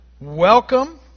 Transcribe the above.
welcome